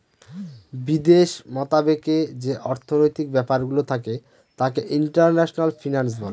বিদেশ মতাবেকে যে অর্থনৈতিক ব্যাপারগুলো থাকে তাকে ইন্টারন্যাশনাল ফিন্যান্স বলে